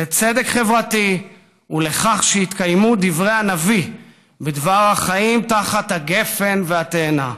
לצדק חברתי ולכך שיתקיימו דברי הנביא בדבר החיים תחת הגפן והתאנה.